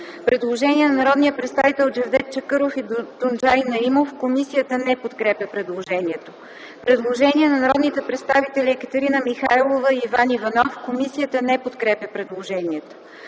Предложение на народните представители Джевдет Чакъров и Тунджай Наимов. Комисията подкрепя по принцип предложението. Предложение на народните представители Екатерина Михайлова и Иван Иванов. Комисията подкрепя по принцип